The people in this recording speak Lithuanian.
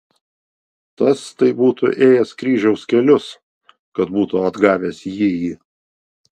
tas tai būtų ėjęs kryžiaus kelius kad būtų atgavęs jįjį